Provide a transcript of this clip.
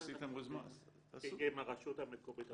עם הרשות המקומית.